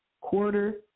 quarter